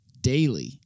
daily